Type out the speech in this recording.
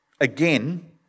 Again